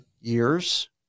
years